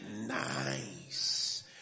nice